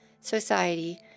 society